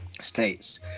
states